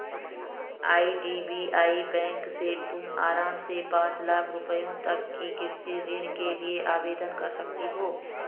IDBI bank से तुम आराम से पाँच लाख रुपयों तक के कृषि ऋण के लिए आवेदन कर सकती हो